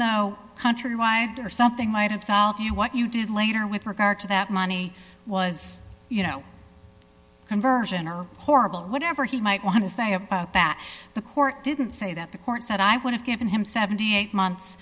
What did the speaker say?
though countrywide her something might absolve you what you did later with regard to that money was you know conversion or horrible whatever he might want to say about that the court didn't say that the court said i would have given him seventy eight months